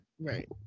Right